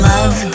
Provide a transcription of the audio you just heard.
Love